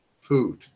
food